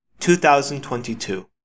2022